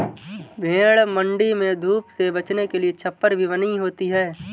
भेंड़ मण्डी में धूप से बचने के लिए छप्पर भी बनी होती है